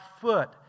foot